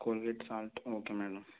Colgate salt okay madam